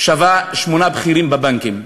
שווה שמונה בכירים בבנקים.